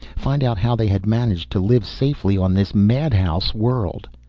find out how they had managed to live safely on this madhouse world.